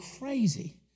crazy